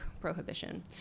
prohibition